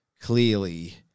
clearly